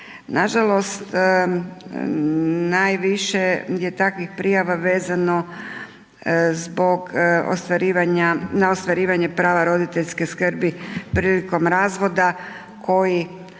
nažalost najviše je takvih prijava vezano zbog na ostvarivanje prava roditeljske skrbi prilikom razvoda koji